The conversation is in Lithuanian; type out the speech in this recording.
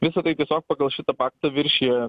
visa tai tiesiog pagal šitą paktą viršija